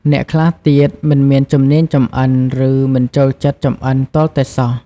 អ្នកខ្លះទៀត មិនមានជំនាញចម្អិន ឬមិនចូលចិត្តចម្អិនទាល់តែសោះ។